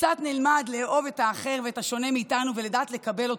וקצת נלמד לאהוב את האחר ואת השונה מאיתנו ולדעת לקבל אותו.